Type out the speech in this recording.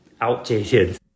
outdated